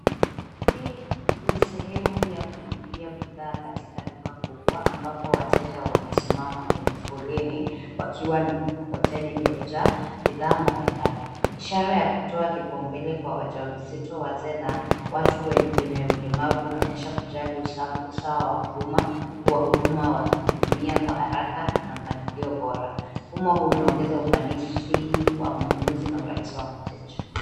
Hii ni sehemu ya kulipia bidhaa katika duka kubwa ambapo wateja wamesimama kwenye foleni wakiwa na mikokoteni iliyojaa bidhaa mbalimbali. Ishara ya kutoa kipaumbele kwa wajawazito, wazee na watu wenye ulemavu inaonyesha kujali usawa wa huduma huku wahuduma wakihudumia kwa haraka na mpangilio bora. Mfumo huu unaongeza ufanisi wa mnunuzi na urahisi wa mteja.